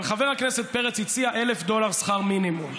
אבל חבר הכנסת פרץ הציע 1,000 דולר שכר מינימום.